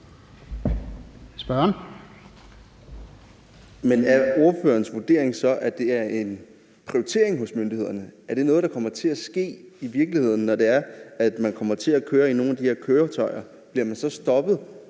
er ordførerens vurdering så, at det er en prioritering hos myndighederne? Er det noget, der kommer til at ske i virkeligheden, når det er, at man kommer til at køre i nogle af de her køretøjer? Bliver man så stoppet